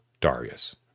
Darius